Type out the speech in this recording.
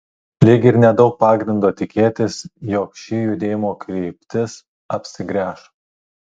lyg ir nedaug pagrindo tikėtis jog ši judėjimo kryptis apsigręš